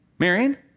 Marion